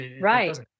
Right